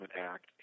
Act